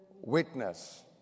witness